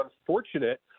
unfortunate